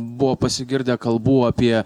buvo pasigirdę kalbų apie